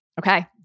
Okay